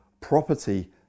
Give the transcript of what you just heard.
property